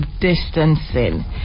distancing